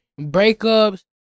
Breakups